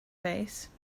face